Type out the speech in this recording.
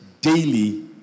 daily